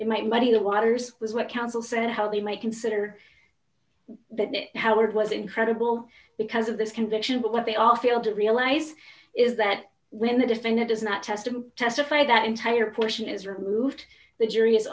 it might muddy the waters was what counsel said how he might consider that howard was incredible because of this conviction but what they all feel to realize is that when the defendant is not tested and testify that entire portion is removed the jury is